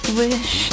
wish